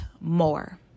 more